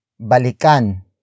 Balikan